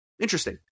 Interesting